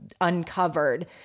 uncovered